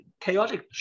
chaotic